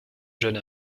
jeune